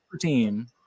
Team